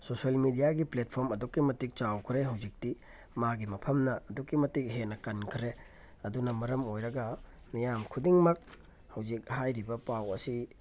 social ꯃꯦꯗꯤꯌꯥꯒꯤ platform ꯑꯗꯨꯛꯀꯤ ꯃꯇꯤꯛ ꯆꯥꯎꯈ꯭ꯔꯦ ꯍꯧꯖꯤꯛꯇꯤ ꯃꯥꯒꯤ ꯃꯐꯝꯅ ꯑꯗꯨꯛꯀꯤ ꯃꯇꯤꯛ ꯍꯦꯟꯅ ꯀꯟꯈ꯭ꯔꯦ ꯑꯗꯨꯅ ꯃꯔꯝ ꯑꯣꯏꯔꯒ ꯃꯤꯌꯥꯝ ꯈꯨꯗꯤꯡꯃꯛ ꯍꯧꯖꯤꯛ ꯍꯥꯏꯔꯤꯕ ꯄꯥꯎ ꯑꯁꯤ